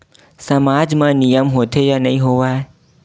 सामाज मा नियम होथे या नहीं हो वाए?